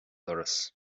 doras